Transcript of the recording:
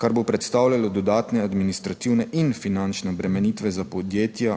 kar bo predstavljalo dodatne administrativne in finančne obremenitve za podjetja,